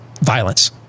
Violence